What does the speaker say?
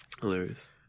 Hilarious